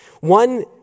One